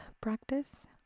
practice